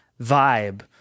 vibe